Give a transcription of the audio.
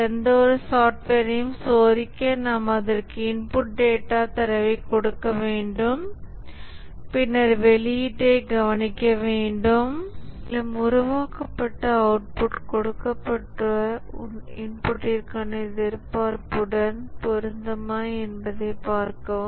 எந்தவொரு சாப்ட்வேரையும் சோதிக்க நாம் அதற்கு இன்புட் டேட்டா தரவைக் கொடுக்க வேண்டும் பின்னர் வெளியீட்டைக் கவனிக்க வேண்டும் மேலும் உருவாக்கப்பட்ட அவுட் புட் கொடுக்கப்பட்ட இன்புட்டிற்கான எதிர்பார்ப்புடன் பொருந்துமா என்பதைப் பார்க்கவும்